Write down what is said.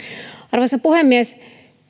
arvoisa puhemies kun